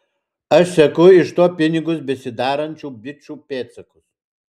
aš seku iš to pinigus besidarančių bičų pėdsakus